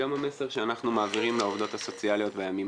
גם המסר שאנחנו מעבירים לעובדות הסוציאליות בימים